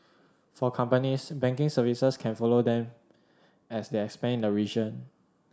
for companies banking services can follow them as they expand in the region